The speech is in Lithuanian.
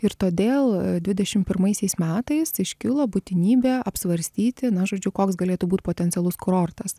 ir todėl dvidešim pirmaisiais metais iškilo būtinybė apsvarstyti na žodžiu koks galėtų būt potencialus kurortas